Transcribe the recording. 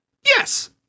yes